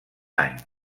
any